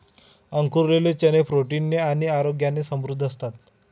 अंकुरलेले चणे प्रोटीन ने आणि आरोग्याने समृद्ध असतात